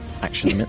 action